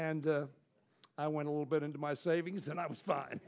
d i went a little bit into my savings and i was fine